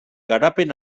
garapen